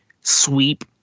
sweep